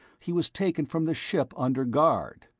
he was taken from the ship under guard.